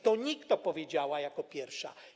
To NIK to powiedziała jako pierwsza.